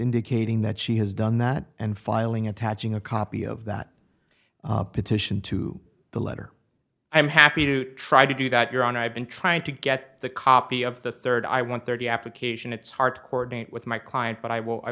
indicating that she has done that and filing attaching a copy of that petition to the letter i am happy to try to do that your honor i've been trying to get the copy of the third i want thirty application it's hard court date with my client but i will i